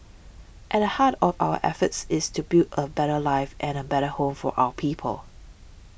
at the heart of our efforts is to build a better life and a better home for our people